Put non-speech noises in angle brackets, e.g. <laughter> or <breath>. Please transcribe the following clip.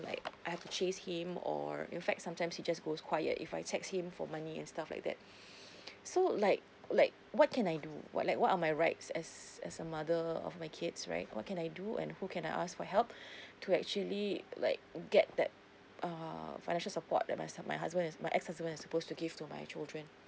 like I have to chase him or in fact sometimes he just goes quiet if I text him for money and stuff like that <breath> so like like what can I do like what are my rights as as a mother of my kids right what can I do and who can I ask for help <breath> to actually like get that err financial support that my my husband my ex husband is supposed to give to my children